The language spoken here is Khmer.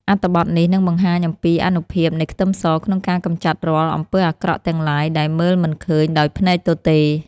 អត្ថបទនេះនឹងបង្ហាញអំពីអានុភាពនៃខ្ទឹមសក្នុងការកម្ចាត់រាល់អំពើអាក្រក់ទាំងឡាយដែលមើលមិនឃើញដោយភ្នែកទទេ។